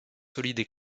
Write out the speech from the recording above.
solides